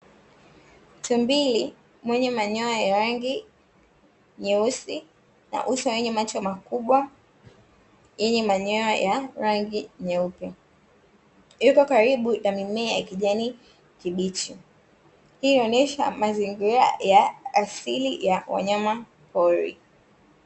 Tumbili mwenye manyoya ya rangi nyeusi na uso wenye macho makubwa, yenye manyoya ya rangi nyeupe, yuko karibu ya mimea ya kijani kibichi, pia huonyesha mazingira ya asili ya wanyama pori.